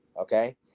Okay